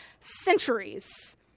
centuries